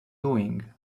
doing